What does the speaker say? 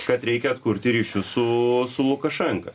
kad reikia atkurti ryšius su su lukašenka